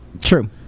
true